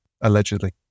allegedly